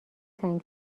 تنگ